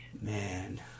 man